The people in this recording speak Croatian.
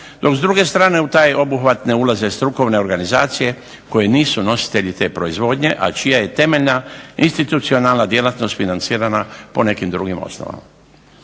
Dok s druge strane u taj obuhvat ne ulaze strukovne organizacije koje nisu nositelji te proizvodnje, a čija je temeljna institucionalna djelatnost financirana po nekim drugim osnovama.